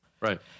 Right